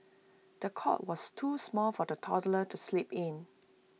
the cot was too small for the toddler to sleep in